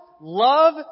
love